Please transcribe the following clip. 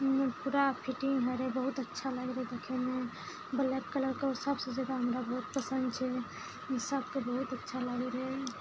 पूरा फिटिंग होइ रहै बहुत अच्छा लागै रहै देखैमे ब्लैक कलरके सभसँ जगह हमरा बहुत पसन्द छै ई सभके बहुत अच्छा लागै रहै